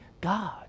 God